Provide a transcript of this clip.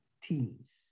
teens